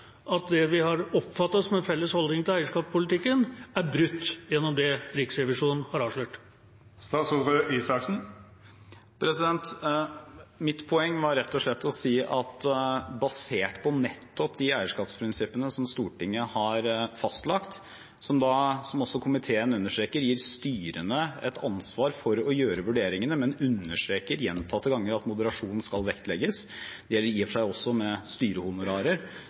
at det vi har oppfattet er en felles holdning til eierskapspolitikken, er brutt gjennom det Riksrevisjonen har avslørt? Mitt poeng var rett og slett å si at basert på nettopp de eierskapsprinsippene som Stortinget har fastlagt, som, gir styrene et ansvar for å gjøre vurderingene, som også komiteen understreker, og man understreker gjentatte ganger at moderasjon skal vektlegges – det gjelder i og for seg også styrehonorarer,